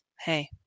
hey